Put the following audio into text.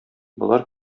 болар